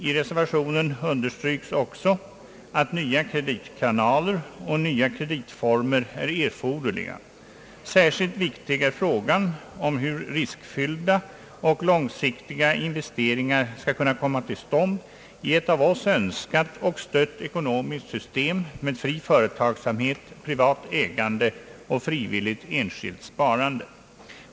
I reservationen understryks också att nya kreditkanaler och nya kreditformer är erforderliga. Särskilt viktig är frågan om hur riskfyllda och långsiktiga investeringar skall kunna komma till stånd i ett av oss önskat och stött ekonomiskt system med fri företagsamhet, privat ägande och frivilligt enskilt sparande.